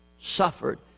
suffered